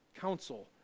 counsel